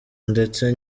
ndetse